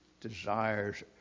desires